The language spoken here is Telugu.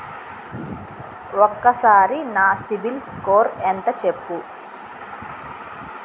ఒక్కసారి నా సిబిల్ స్కోర్ ఎంత చెప్పు?